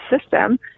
system